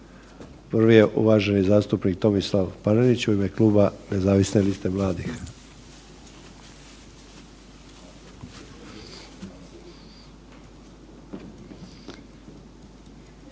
je uvaženi zastupnik Tomislav Panenić, Klub zastupnika nezavisne liste mladih.